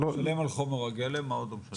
משלם על חומר הגלם, על מה עוד הוא משלם?